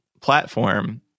platform